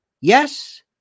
Yes